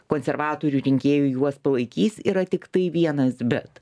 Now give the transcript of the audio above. konservatorių rinkėjų juos palaikys yra tiktai vienas bet